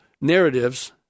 narratives